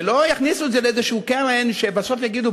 ולא יכניסו את זה לאיזו קרן ובסוף יגידו,